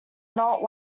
not